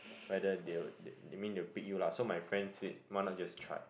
whether they'll they that mean they will pick you lah so my friends said why not just try